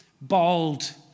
bold